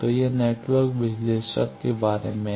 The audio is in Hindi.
तो यह नेटवर्क विश्लेषक के बारे में है